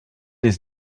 ist